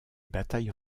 batailles